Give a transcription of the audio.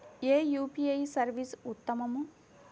ఏ UPI service ఉత్తమము?